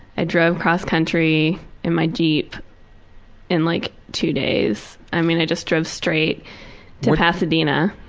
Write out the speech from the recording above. i drove across country in my jeep in like two days. i mean, i just drove straight to pasadena.